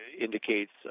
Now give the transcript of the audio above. indicates